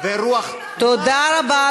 תודה רבה.